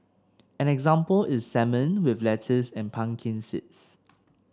an example is salmon with lettuce and pumpkin seeds